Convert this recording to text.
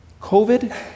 COVID